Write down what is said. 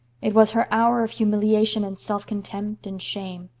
it was her hour of humiliation and self-contempt and shame.